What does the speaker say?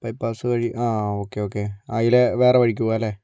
bypass വഴി ആ okay okay അതിലെ വേറെ വഴിക്ക് പോകാമല്ലേ